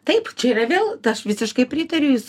taip čia yra vėl aš visiškai pritariu jūs